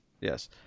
Yes